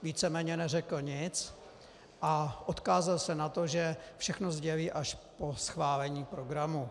Víceméně neřekl nic a odkázal se na to, že všechno sdělí až po schválení programu.